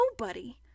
nobody